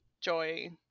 joy